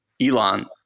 Elon